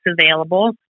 available